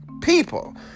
people